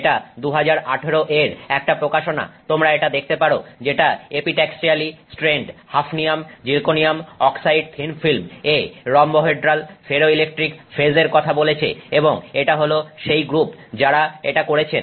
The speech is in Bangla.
এটা 2018 এর একটা প্রকাশনা তোমরা এটা দেখতে পারো যেটা epitaxially strained hafnium zirconium oxide thin film এ রম্বোহেড্রাল ফেরোইলেকট্রিক ফেজ এর কথা বলছে এবং এটা হল সেই গ্রুপ যারা এটা করেছেন